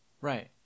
Right